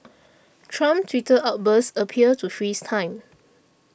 Trump's Twitter outbursts appear to freeze time